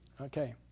Okay